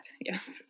Yes